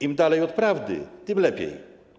Im dalej od prawdy, tym lepiej.